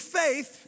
faith